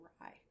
rye